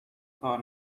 کار